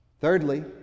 Thirdly